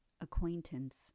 acquaintance